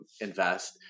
invest